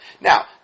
Now